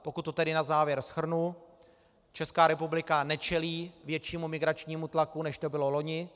Pokud to tedy na závěr shrnu, Česká republika nečelí většímu migračnímu tlaku, než tomu bylo loni.